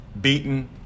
beaten